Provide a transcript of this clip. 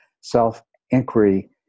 self-inquiry